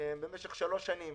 במשך שלוש שנים